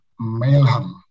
Mailham